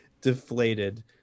deflated